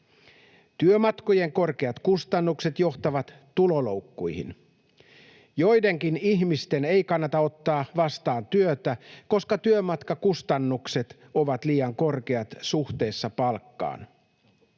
Työmatkojen korkeat kustannukset johtavat tuloloukkuihin. Joidenkin ihmisten ei kannata ottaa vastaan työtä, koska työmatkakustannukset ovat liian korkeat suhteessa palkkaan.